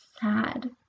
sad